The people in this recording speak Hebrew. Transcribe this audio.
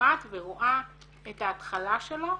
שומעת ורואה את ההתחלה שלו,